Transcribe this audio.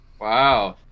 Wow